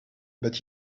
but